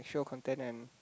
sexual content and